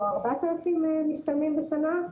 או 4,000 משתלמים בשנה,